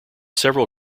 several